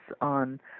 on